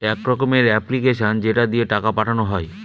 এক রকমের এপ্লিকেশান যেটা দিয়ে টাকা পাঠানো হয়